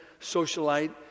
socialite